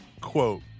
quote